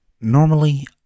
Normally